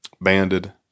Banded